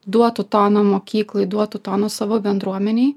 duotų toną mokyklai duotų toną savo bendruomenei